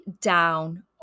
down